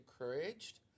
encouraged